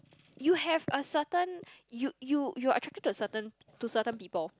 you have a certain you you you're attracted to a certain to certain people